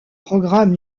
programme